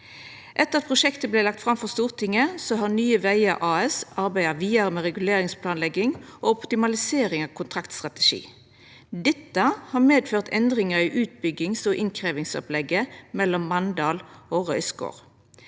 Etter at prosjektet vart lagt fram for Stortinget, har Nye veier AS arbeidd vidare med reguleringsplanlegging og optimalisering av kontraktstrategi. Dette har medført endringar i utbyggings- og innkrevjingsopplegget mellom Mandal og Røyskår.